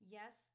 Yes